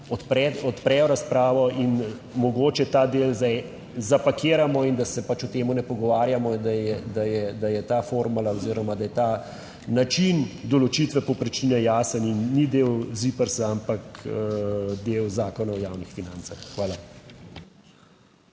odpre razpravo in mogoče ta del zapakiramo in da se pač o tem ne pogovarjamo je, da je ta formula oziroma, da je ta način določitve povprečnine jasen in ni del ZIPRS ampak del Zakona o javnih financah. Hvala.